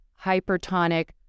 hypertonic